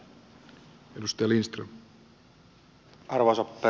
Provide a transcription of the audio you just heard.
arvoisa herra puhemies